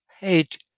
hate